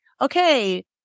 okay